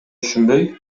түшүнбөй